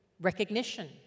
recognition